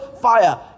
fire